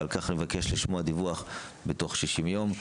ועל כך מבקש לשמוע דיווח בתוך שישים יום.